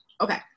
Okay